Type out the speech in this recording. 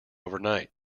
overnight